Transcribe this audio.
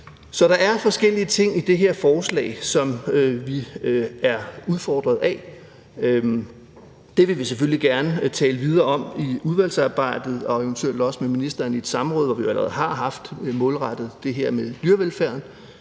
Så der er forskellige ting i det her forslag, som vi er udfordret af, og det vil vi selvfølgelig gerne tale videre om i udvalgsarbejdet og eventuelt også med ministeren i et samråd. Vi har allerede haft et målrettet det her med dyrevelfærden,